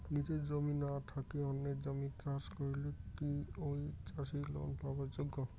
নিজের জমি না থাকি অন্যের জমিত চাষ করিলে কি ঐ চাষী লোন পাবার যোগ্য?